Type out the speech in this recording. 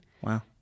Wow